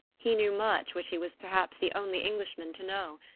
he knew much which he was perhaps the only englishman to know.